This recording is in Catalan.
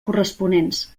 corresponents